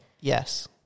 Yes